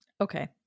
Okay